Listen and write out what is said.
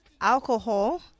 alcohol